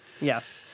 Yes